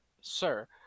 sir